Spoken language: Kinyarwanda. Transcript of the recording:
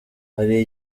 hari